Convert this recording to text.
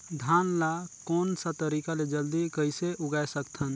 धान ला कोन सा तरीका ले जल्दी कइसे उगाय सकथन?